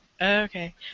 Okay